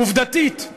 עובדתית,